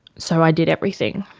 so i did everything.